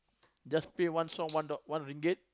just pay one song one ringgit